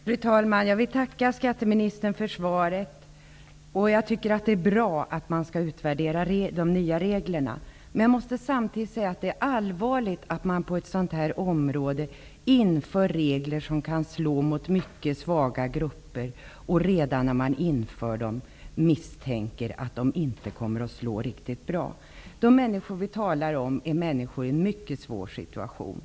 Fru talman! Jag tackar skatteministern för svaret. Det är bra att de nya reglerna skall utvärderas. Men samtidigt vill jag säga att det är allvarligt att man på ett sådant här område inför regler som kan slå mot mycket svaga grupper, samtidigt som man redan när dessa regler införs misstänker att de inte kommer att slå riktigt bra. De människor som vi talar om är människor i en mycket svår situation.